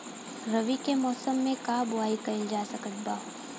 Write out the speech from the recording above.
रवि के मौसम में का बोआई कईल जा सकत बा?